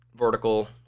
Vertical